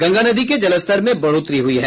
गंगा नदी के जलस्तर में बढ़ोतरी हुई है